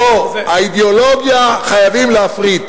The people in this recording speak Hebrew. לא, האידיאולוגיה, חייבים להפריט,